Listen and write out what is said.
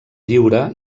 lliure